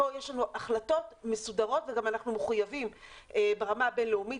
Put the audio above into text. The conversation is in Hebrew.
פה יש לנו החלטות מסודרות וגם אנחנו מחויבים ברמה הבינלאומית